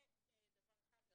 זה דבר אחד.